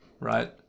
right